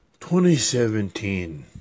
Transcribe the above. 2017